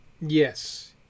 Yes